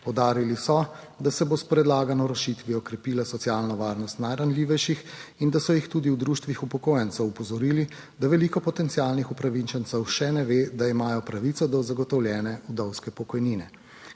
Poudarili so, da se bo s predlagano rešitvijo krepila socialno varnost najranljivejših in da so jih tudi v društvih upokojencev opozorili, da veliko potencialnih upravičencev še ne ve, da imajo pravico do zagotovljene vdovske pokojnine.